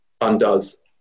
undoes